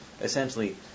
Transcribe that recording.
essentially